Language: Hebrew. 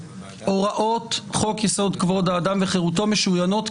הוראות חוק יסוד: כבוד האדם וחירותו משוריינות,